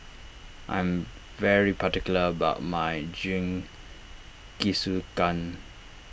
I am very particular about my Jingisukan